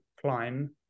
climb